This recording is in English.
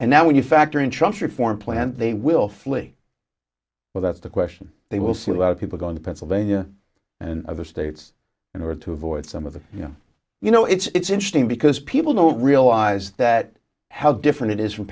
and now when you factor in trust reform plan they will flee well that's the question they will see people going to pennsylvania and other states in order to avoid some of the you know you know it's interesting because people don't realize that how different it is from